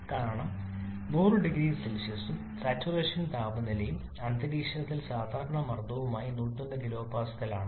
കാരണം 100 0C യും saturation താപനിലയും അന്തരീക്ഷ സാധാരണ അന്തരീക്ഷമർദ്ദവുമായി 101 kPa ആണ്